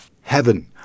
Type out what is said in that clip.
heaven